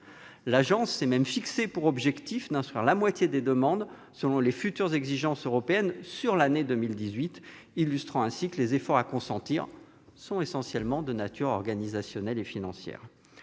L'Agence s'est même fixé pour objectif d'instruire la moitié des demandes selon les futures exigences européennes sur l'année 2018, illustrant ainsi que les efforts à consentir sont essentiellement de nature organisationnelle et financière.